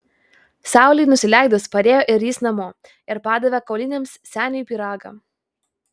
saulei nusileidus parėjo ir jis namo ir padavė kauliniams seniui pyragą